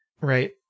Right